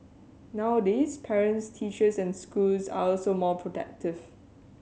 nowadays parents teachers and schools are also more protective